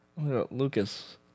Lucas